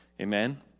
Amen